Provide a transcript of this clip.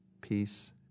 peace